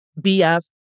BF